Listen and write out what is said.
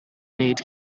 need